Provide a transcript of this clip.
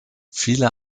viele